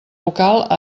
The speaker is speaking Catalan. local